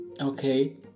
Okay